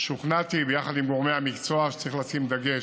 ושוכנעתי, ביחד עם גורמי המקצוע, שצריך לשים דגש,